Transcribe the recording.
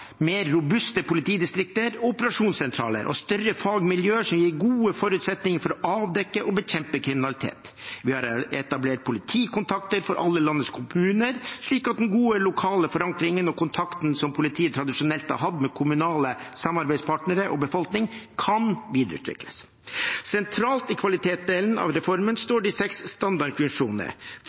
mer robuste politidistrikter og operasjonssentraler og større fagmiljøer som gir gode forutsetninger for å avdekke og bekjempe kriminalitet. Vi har etablert politikontakter for alle landets kommuner, slik at den gode, lokale forankringen og kontakten som politiet tradisjonelt har hatt med kommunale samarbeidspartnere og befolkning, kan videreutvikles. Sentralt i kvalitetsdelen av reformen står de seks standardfunksjonene,